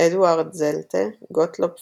אדוארד זלטה, גוטלוב פרגה,